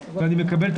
ואני מקבל את